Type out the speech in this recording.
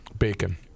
bacon